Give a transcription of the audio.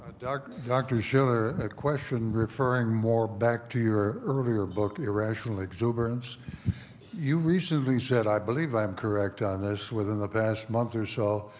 dr. shiller, a question referring more back to your earlier book, irrational exuberance you recently said, i believe i'm correct on this, within the past month or so,